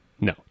No